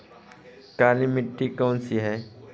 काली मिट्टी कौन सी है?